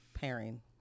pairing